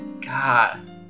God